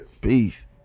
Peace